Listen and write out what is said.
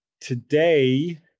Today